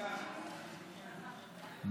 הציונות הדתית לפני סעיף 1 לא נתקבלה.